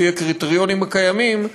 לפי הקריטריונים הקיימים,